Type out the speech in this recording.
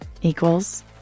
equals